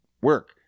work